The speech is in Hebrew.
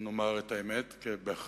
אם נאמר את האמת, באחריות